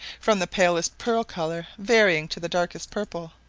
from the palest pearl colour varying to the darkest purple.